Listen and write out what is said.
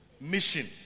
Mission